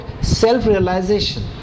self-realization